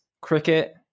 cricket